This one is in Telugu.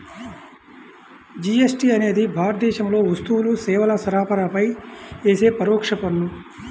జీఎస్టీ అనేది భారతదేశంలో వస్తువులు, సేవల సరఫరాపై యేసే పరోక్ష పన్ను